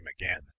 again